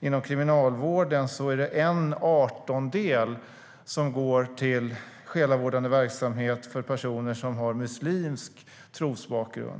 inom Kriminalvården. Det är en artondel som går till själavårdande verksamhet för personer som har muslimsk trosbakgrund.